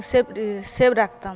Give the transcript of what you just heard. save save রাখতাম